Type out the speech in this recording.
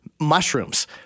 mushrooms